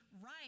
right